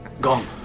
gone